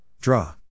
Draw